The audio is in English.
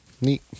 Neat